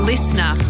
Listener